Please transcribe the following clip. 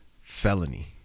felony